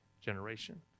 generation